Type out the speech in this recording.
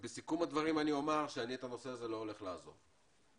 בסיכום הדברים אני אומר שאני לא הולך לעזוב את הנושא הזה.